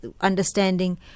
understanding